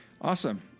Awesome